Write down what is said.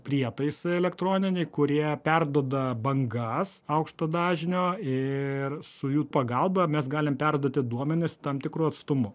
prietaisai elektroniniai kurie perduoda bangas aukšto dažnio ir su jų pagalba mes galim perduoti duomenis tam tikru atstumu